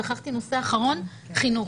שכחתי נושא אחרון חינוך.